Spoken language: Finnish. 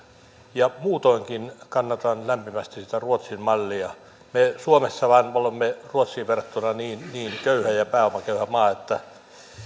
ja muutoinkin kannatan lämpimästi sitä ruotsin mallia me suomessa vain olemme ruotsiin verrattuna niin köyhä ja pääomaköyhä maa että